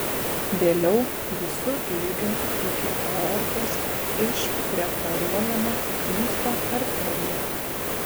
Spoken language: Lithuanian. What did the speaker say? vėliau visu ilgiu iki aortos išpreparuojama inksto arterija